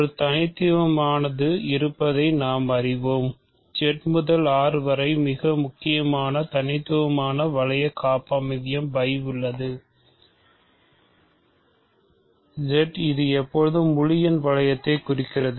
ஒரு தனித்துவமானது இருப்பதை நாம் அறிவோம் Z முதல் R வரை மிக முக்கியமான தனித்துவமான வளைய காப்பமைவியம் φ உள்ளது Z இது எப்போதும் முழு எண்ணின் வளையத்தைக் குறிக்கிறது